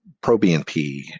pro-BNP